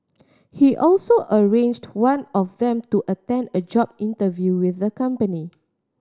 he also arranged one of them to attend a job interview with the company